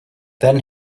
then